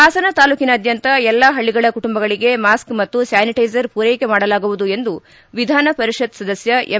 ಹಾಸನ ತಾಲೂಕಿನಾದ್ಯಂತ ಎಲ್ಲಾ ಹಳ್ಳಗಳ ಕುಟುಂಬಗಳಿಗೆ ಮಾಸ್ಕ್ ಮತ್ತು ಸ್ಥಾನಿಟ್ಗೆಸರ್ ಪೂರ್ಲೆಕೆ ಮಾಡಲಾಗುವುದು ಎಂದು ವಿಧಾನ ಪರಿಷತ್ ಸದಸ್ಯ ಎಂ